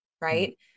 Right